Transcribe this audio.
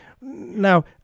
Now